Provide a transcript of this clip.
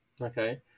Okay